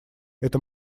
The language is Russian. это